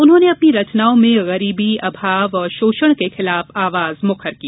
उन्होंने अपनी रचनाओं में गरीबी अभाव और शोषण के खिलाफ आवाज मुखर की